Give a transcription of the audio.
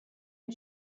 and